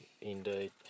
Indeed